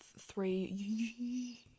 three